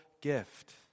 gift